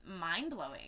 mind-blowing